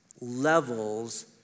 levels